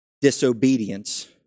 disobedience